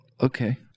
Okay